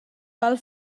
val